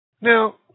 Now